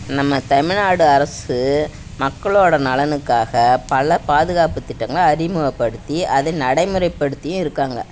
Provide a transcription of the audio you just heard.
நம்ம தமிழ்நாடு அரசு மக்களோடய நலனுக்காக பல பாதுகாப்பு திட்டங்களை அறிமுகப்படுத்தி அதை நடைமுறைப்படுத்தியும் இருக்காங்க